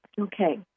Okay